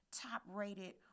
top-rated